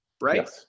right